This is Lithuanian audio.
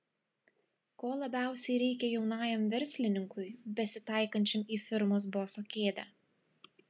ko labiausiai reikia jaunajam verslininkui besitaikančiam į firmos boso kėdę